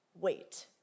Wait